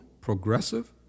progressive